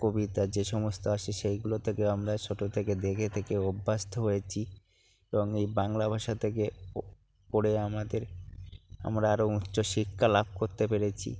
কবিতা যে সমস্ত আসে সেইগুলো থেকে আমরা ছোট থেকে দেখে দেখে অভ্যস্ত হয়েছি এবং এই বাংলা ভাষা থেকে পড়ে আমাদের আমরা আরও উচ্চ শিক্ষা লাভ করতে পেরেছি